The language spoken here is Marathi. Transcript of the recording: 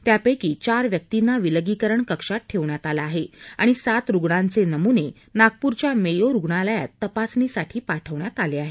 त्यापैकी चार व्यक्तींना विलगीकरण कक्षात ठेवण्यात आलं आहे आणि सात रुग्णांचे नमुने नागप्रच्या मेयो रुग्णालयात तपासणी साठी पाठवण्यात आले आहेत